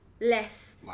less